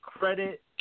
credit